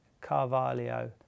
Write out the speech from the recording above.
Carvalho